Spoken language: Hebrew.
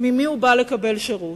ממי הוא בא לקבל שירות.